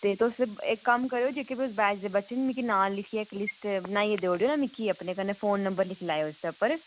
ते तुस इक्क कम्म करेओ जेह्के बी उस बैच दे बच्चे न मिगी नां लिखियै इक लिस्ट बनाइयै देई ओड़ेओ न मिक्की अपने कन्नै फोन नंबर लिखी लैएओ उसदे उप्पर